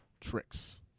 tricks